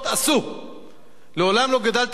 מעולם לא גדלתי על צבא שמפחד.